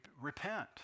repent